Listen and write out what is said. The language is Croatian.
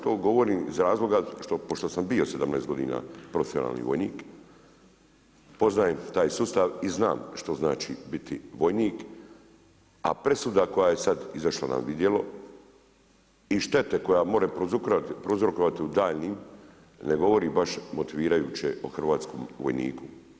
To govorim iz razloga pošto sam bio 17 godina profesionalni vojnik poznajem taj sustav i znam što znači biti vojnik, a presuda koja je sad izašla na vidjelo i štete koje more prouzrokovati u daljnjim ne govori baš motivirajuće o hrvatskom vojniku.